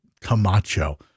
Camacho